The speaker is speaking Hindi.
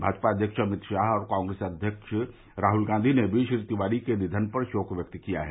भाजपा अध्यक्ष अभित शाह और कांग्रेस अव्यक्ष राहुल गांधी ने भी श्री तिवारी के निधन पर शोक व्यक्त किया है